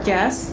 Yes